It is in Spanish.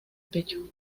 pecho